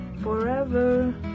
forever